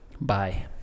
Bye